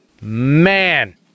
Man